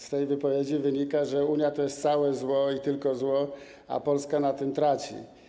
Z tej wypowiedzi wynika, że Unia to jest zło i tylko zło, a Polska na tym traci.